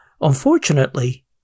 Unfortunately